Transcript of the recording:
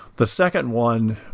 the second one,